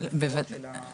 הפרה של ההוראה הזאת.